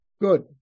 Good